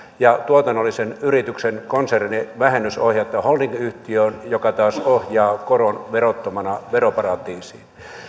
ja tuotannollisen yrityksen konsernivähennys ohjataan holdingyhtiöön joka taas ohjaa koron verottomana veroparatiisiin